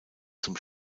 zum